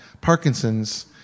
Parkinson's